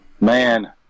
Man